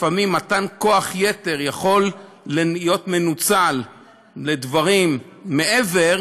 לפעמים מתן כוח-יתר יכול להיות מנוצל לדברים מעבר,